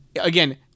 again